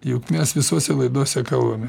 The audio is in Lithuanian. juk mes visose laidose kalbame